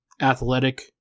athletic